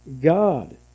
God